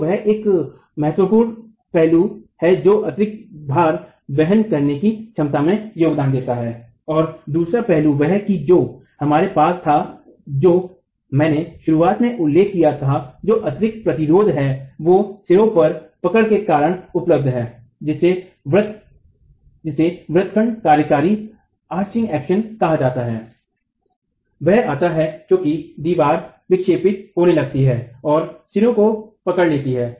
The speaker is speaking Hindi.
तो वह एक है महत्वपूर्ण पहलू जो अतिरिक्त भार वहन करने की क्षमता में योगदान देता है और दूसरा पहलू वह है जो हमारे पास था जो मैंने शुरुआत में उल्लेख किया था जो अतिरिक्त प्रतिरोध है वो सिरों की पकड़ के कारण उपलब्ध है जिसे वृत्त खंड कार्यवाही कहा जाता है वह आता है क्योंकि दीवार विक्षेपित होने लगती है और सिरों को पकड़ लेती है